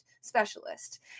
specialist